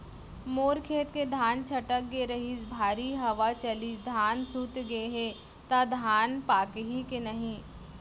मोर खेत के धान छटक गे रहीस, भारी हवा चलिस, धान सूत गे हे, त धान पाकही के नहीं?